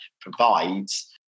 provides